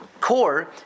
core